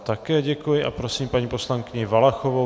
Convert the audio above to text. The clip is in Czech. Také děkuji a prosím paní poslankyni Valachovou.